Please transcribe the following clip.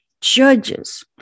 judges